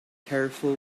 careful